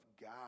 God